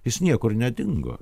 jis niekur nedingo